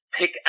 pick